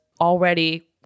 already